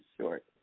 short